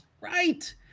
Right